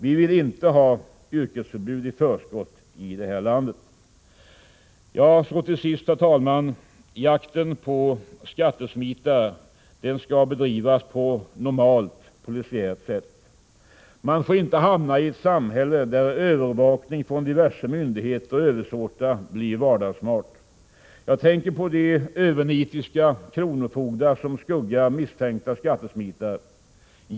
Vi vill inte ha yrkesförbud i förskott i det här landet. Till sist, herr talman! Jakten på skattesmitare skall bedrivas på normalt polisiärt sätt. Man får inte hamna i ett samhälle där övervakning från diverse myndigheter och översåtar blir vardagsmat. Jag tänker på de övernitiska kronofogdar som skuggar misstänkta skattesmitare.